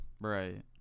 Right